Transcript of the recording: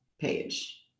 page